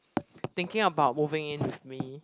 thinking about moving in with me